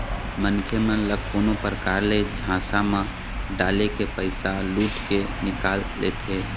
मनखे मन ल कोनो परकार ले झांसा म डालके पइसा लुट के निकाल लेथें